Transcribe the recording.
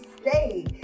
stay